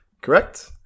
Correct